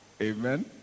Amen